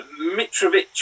Mitrovic